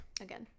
Again